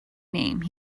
name